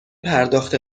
پرداخت